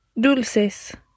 dulces